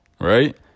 Right